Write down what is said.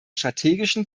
strategischen